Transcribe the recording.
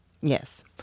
Yes